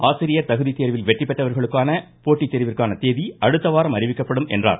ஆசிரியர் தகுதி தேர்வில் வெற்றி பெற்றவர்களுக்கான போட்டி தேர்விற்கான தேதி அடுத்தவாரம் அறிவிக்கப்படும் என்றார்